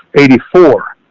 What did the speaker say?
eighty four.